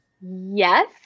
yes